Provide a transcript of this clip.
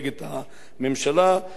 הורה לאנשיו גם הפעם